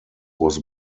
was